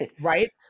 Right